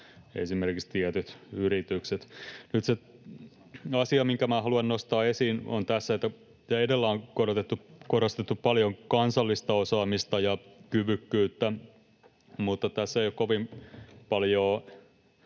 esimerkiksi tietyt yritykset. Nyt se asia, minkä minä haluan nostaa esiin: Edellä on korostettu paljon kansallista osaamista ja kyvykkyyttä, mutta tässä ei ole kovin paljoa